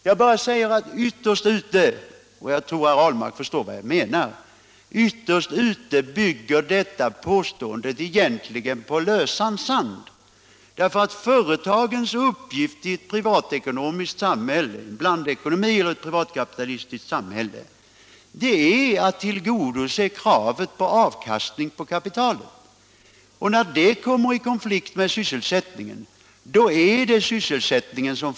Jag säger bara att ytterst — och jag tror att herr Ahlmark förstår vad jag menar — bygger egentligen det påståendet på lösan sand. Företagens uppgift i ett privatkapitalistiskt eller blandekonomiskt samhälle är nämligen att tillgodose kravet på avkastning på kapitalet. När det kravet kommer i konflikt med sysselsättningskravet, får sysselsättningen vika.